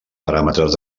paràmetres